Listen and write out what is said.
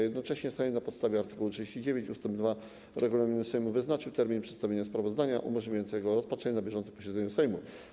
Jednocześnie Sejm na podstawie art. 39 ust. 2 regulaminu Sejmu wyznaczył termin przedstawienia sprawozdania umożliwiający rozpatrzenie go na bieżącym posiedzeniu Sejmu.